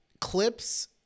clips